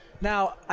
Now